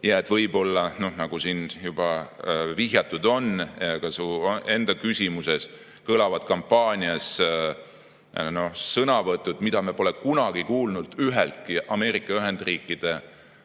kõlavad – nagu siin juba vihjatud on su enda küsimuses – kampaanias sõnavõtud, mida me pole kunagi kuulnud üheltki Ameerika Ühendriikide